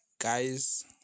Guys